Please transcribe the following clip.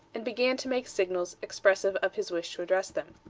and began to make signals expressive of his wish to address them.